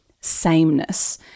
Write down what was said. sameness